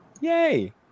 Yay